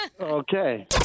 Okay